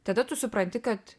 tada tu supranti kad